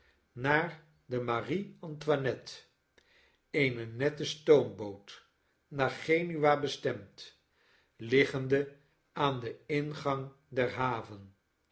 naar de marie antoinette eene nette stoomboot naar genua bestemd liggende aan den ingang der haven